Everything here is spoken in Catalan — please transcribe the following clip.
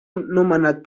nomenat